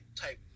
type